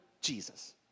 Jesus